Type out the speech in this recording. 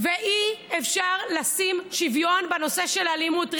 ואי-אפשר לשים שוויון בנושא של אלימות,